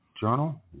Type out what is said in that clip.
Journal